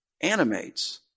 animates